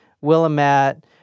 Willamette